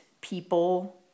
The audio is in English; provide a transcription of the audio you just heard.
people